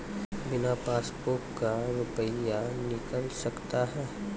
बिना पासबुक का रुपये निकल सकता हैं?